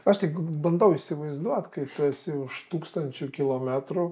aš tik bandau įsivaizduot kai tu esi už tūkstančių kilometrų